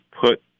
put